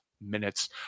minutes